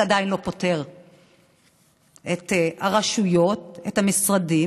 זה עדיין לא פוטר את הרשויות, את המשרדים,